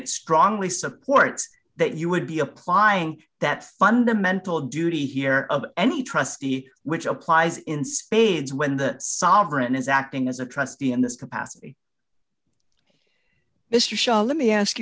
it strongly supports that you would be applying that fundamental duty here of any trustee which applies in spades when the sovereign is acting as a trustee in this capacity mr shah let me ask